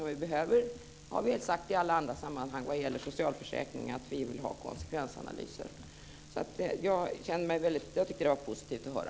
Vi har sagt i alla andra sammanhang när det gäller socialförsäkringar att vi vill ha konsekvensanalyser, så jag tycker att det var positivt att höra.